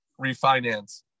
refinance